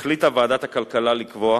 החליטה ועדת הכלכלה לקבוע,